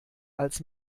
als